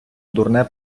дурне